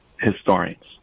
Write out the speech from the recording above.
historians